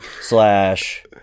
slash